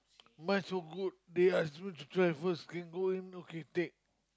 my so good they are so transverse can go in and can take